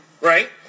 right